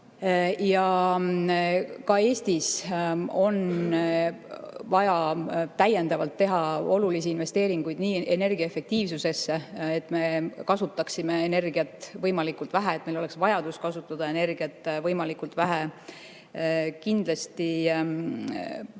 Ka Eestis on vaja teha olulisi investeeringuid energiaefektiivsusesse, et me kasutaksime energiat võimalikult vähe, et meil oleks vajadus kasutada energiat võimalikult vähe. Kindlasti Euroopa